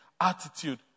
attitude